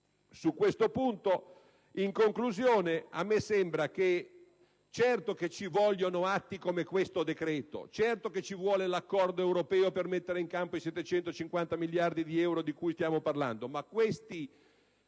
Su questo punto, in conclusione, a me sembra che, certo, ci vogliono atti come questo decreto; certo, ci vuole l'accordo europeo per mettere in campo i 750 miliardi di euro di cui stiamo parlando: queste